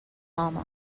mama